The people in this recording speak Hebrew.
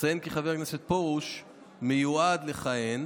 אציין כי חבר הכנסת פרוש מיועד לכהן